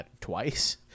twice